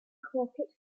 crockett